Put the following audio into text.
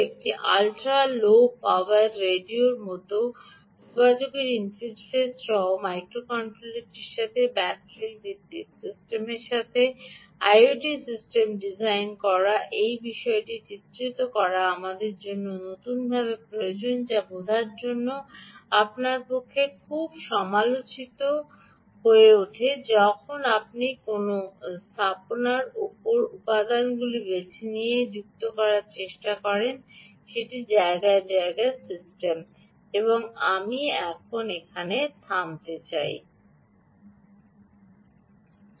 অতএব একটি ultra low power রেডিওর মতো যোগাযোগের ইন্টারফেস সহ একটি মাইক্রোকন্ট্রোলারের সাথে ব্যাটারি ভিত্তিক সিস্টেমের সাথে আইওটি সিস্টেম ডিজাইন করা এই বিশেষ চিত্রটি আপনার জন্য নতুন প্রয়োজন যা বোঝা আপনার পক্ষে খুব সমালোচিত হয়ে ওঠে যখন আপনি কোনও স্থাপনার জন্য জায়গায় জায়গায় সিস্টেম উপাদানগুলি বেছে নেওয়ার সময় যুক্ত হন